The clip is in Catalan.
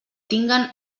tinguen